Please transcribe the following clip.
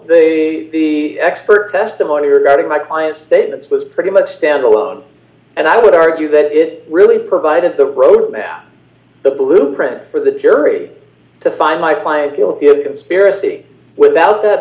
the the expert testimony regarding my client's statements was pretty much stand alone and i would argue that it really provided the roadmap the blueprint for the jury to find my client you'll see a conspiracy without that